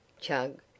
chug